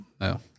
No